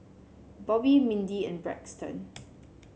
Bobbi Mindi and Braxton